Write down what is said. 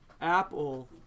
apple